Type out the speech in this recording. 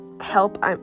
help